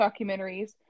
documentaries